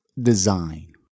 design